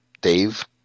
Dave